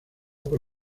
por